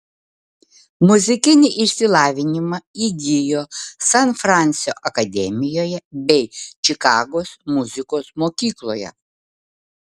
muzikinį išsilavinimą įgijo san fransio akademijoje bei čikagos muzikos mokykloje